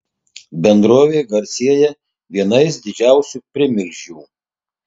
bendrovė garsėja vienais didžiausių primilžių